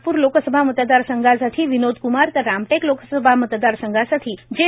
नागपूर लोकसभा मतदार संघासाठी विनोद कुमार तर रामटेक लोकसभा मतदार संघासाठी जे